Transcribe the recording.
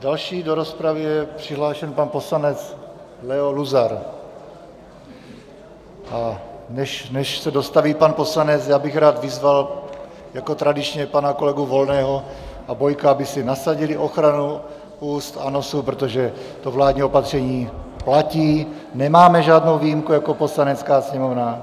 Další do rozpravy je přihlášen pan poslanec Leo Luzar, a než se dostaví pan poslanec, já bych rád vyzval jako tradičně pana kolegy Volného a Bojka, aby si nasadili ochranu úst a nosu, protože to vládní opatření platí, nemáme žádnou výjimku jako Poslanecká sněmovna.